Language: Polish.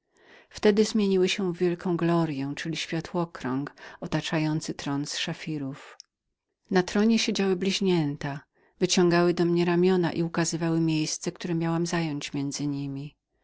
wtedy zmieniły się w wielką gloryę czyli światłokrąg otaczający tron z szafirów na tronie siedziały bliźnięta wyciągały do mnie ramiona i ukazywały miejsce które miałam zająć między niemi